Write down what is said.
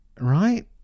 right